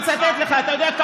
תשמע מה